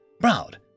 proud